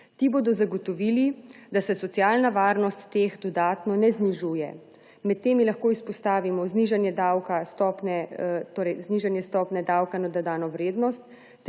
Ti bodo zagotovili, da se socialna varnost teh dodatno ne znižuje. Med temi lahko izpostavimo znižanje stopnje davka na dodano vrednost